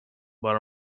but